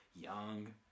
Young